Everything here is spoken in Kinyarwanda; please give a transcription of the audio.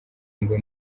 ngo